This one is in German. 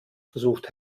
versucht